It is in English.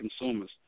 consumers